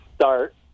start